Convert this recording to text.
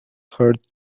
court